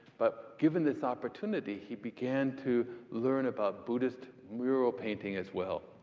but given this opportunity, he began to learn about buddhist mural painting, as well.